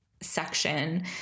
section